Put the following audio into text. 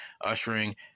ushering